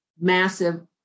massive